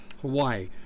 Hawaii